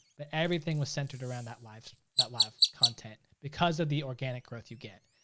but everything was centered around that live that live content, because of the organic growth you get.